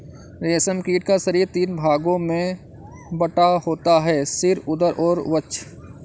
रेशम कीट का शरीर तीन भागों में बटा होता है सिर, उदर और वक्ष